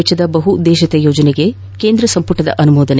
ವೆಚ್ಚದ ಬಹು ಉದ್ದೇಶಿತ ಯೋಜನೆಗೆ ಕೇಂದ್ರ ಸಂಪುಟದ ಅನುಮೋದನೆ